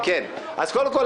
אז קודם כל,